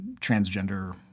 transgender